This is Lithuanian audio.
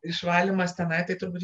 išvalymas tenai tai turbūt